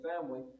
family